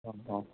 अ अ